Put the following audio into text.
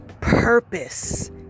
Purpose